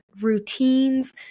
routines